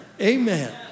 Amen